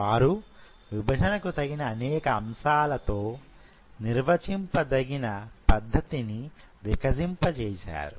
వారు విభజనకు తగిన అనేక అంశాలతో నిర్వచింపదగిన పద్ధతిని వికసింపజేసారు